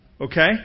okay